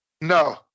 No